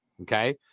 Okay